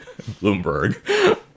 Bloomberg